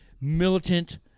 militant